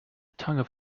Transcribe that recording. tongue